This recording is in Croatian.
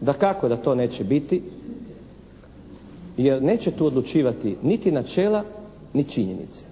Dakako da to neće biti jer neće tu odlučivati niti načela ni činjenice